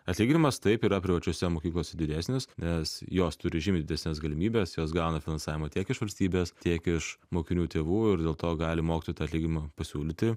atlyginimas taip yra privačiose mokyklose didesnis nes jos turi žymiai didesnes galimybes jos gauna finansavimą tiek iš valstybės tiek iš mokinių tėvų ir dėl to gali mokytojui tą atlyginimą pasiūlyti